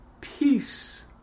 peace